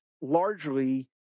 largely